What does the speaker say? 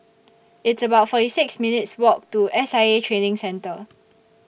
It's about forty six minutes' Walk to S I A Training Centre